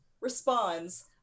responds